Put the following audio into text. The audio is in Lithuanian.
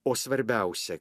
o svarbiausia